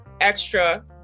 extra